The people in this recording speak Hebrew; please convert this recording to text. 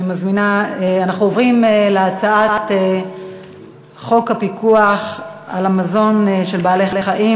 אנחנו עוברים להצעת חוק הפיקוח על מזון של בעלי-חיים,